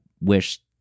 wish